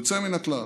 יוצא מן הכלל.